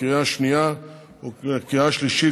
לקריאה שנייה ולקריאה שלישית,